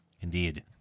Indeed